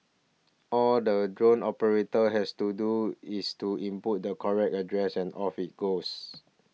all the drone operator has to do is to input the correct address and off it goes